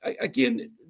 again